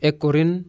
Ekorin